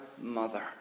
mother